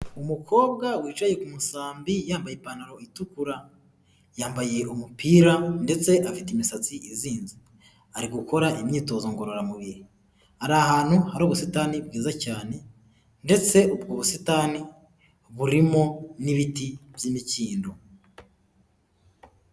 Umukobwa wicaye ku musambi yambaye ipantaro itukura, yambaye umupira ndetse afite imisatsi izinze, ari gukora imyitozo ngororamubiri, ari ahantu hari ubusitani bwiza cyane ndetse ubwo busitani burimo n'ibiti by'imikindo.